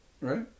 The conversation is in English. right